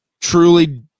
Truly